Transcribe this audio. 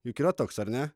juk yra toks ar ne